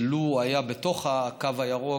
שלו הוא היה בתוך הקו הירוק,